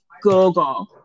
Google